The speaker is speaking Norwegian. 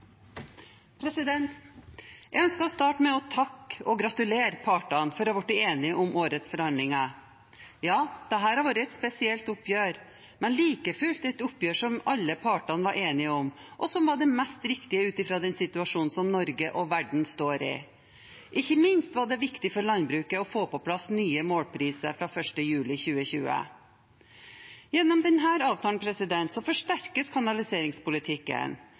gratulere partene for å ha blitt enige om årets forhandlinger. Ja, dette har vært et spesielt oppgjør, men like fullt et oppgjør som alle partene var enige om, og som var det mest riktige ut ifra den situasjonen som Norge og verden står i. Ikke minst var det viktig for landbruket å få på plass nye målpriser fra 1. juli 2020. Gjennom denne avtalen forsterkes kanaliseringspolitikken. Den er en av bærebjelkene i norsk landbrukspolitikk. I avtalen